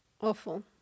Awful